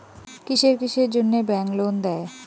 কিসের কিসের জন্যে ব্যাংক লোন দেয়?